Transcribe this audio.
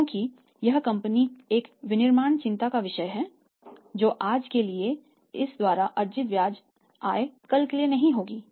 चूंकि यह कंपनी एक विनिर्माण चिंता का विषय है तो आज के लिए इसके द्वारा अर्जित ब्याज आय कल के लिए नहीं होगी